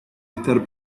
estar